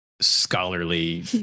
scholarly